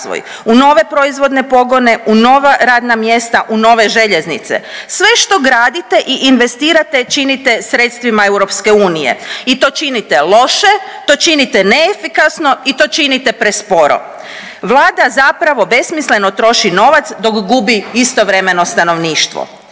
u nove proizvodne pogone, u nova radna mjesta, u nove željeznice, sve što gradite i investirate činite sredstvima EU i to činite loše, to činite neefikasno i to činite presporo. Vlada zapravo besmisleno troši novac dok gubi istovremeno stanovništvo.